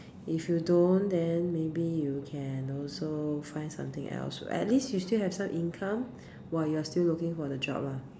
if you don't then maybe you can also find something else at least you still have some income while you're still looking for the job lah